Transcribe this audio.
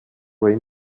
range